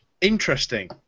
interesting